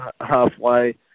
halfway